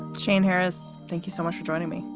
shane harris, thank you so much for joining me.